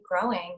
growing